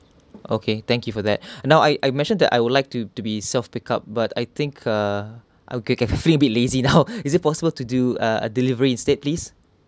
okay thank you for that now I I mentioned that I would like to to be self pick up but I think uh oh o~ okay feeling a bit lazy now is it possible to do ah a delivery instead please